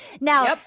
Now